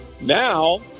now